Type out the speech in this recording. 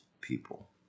people